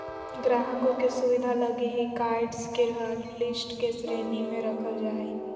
ग्राहकों के सुविधा लगी ही कार्ड्स के हाटलिस्ट के श्रेणी में रखल जा हइ